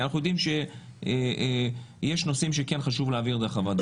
כי אנחנו יודעים שיש נושאים שכן חשוב להעביר דרך הוועדות.